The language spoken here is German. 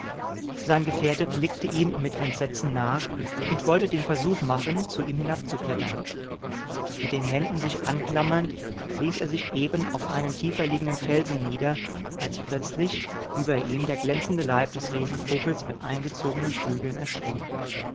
sein gefährte blickte ihm mit entsetzen nach und wollte den versuch machen zu ihm hinabzuklettern mit den händen sich anklammernd ließ er sich eben auf einen tiefer liegenden felsen nieder als plötzlich über ihm der glänzende leib des riesenvogels mit eingezogenen flügeln erschien